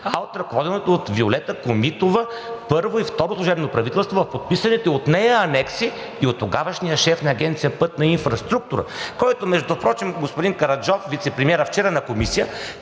а от ръководеното от Виолета Комитова първо и второ служебно правителство. В подписаните от нея анекси и от тогавашния шеф на Агенция „Пътна инфраструктура“, който впрочем, господин Караджов – вицепремиерът, вчера на комисия